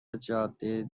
جاده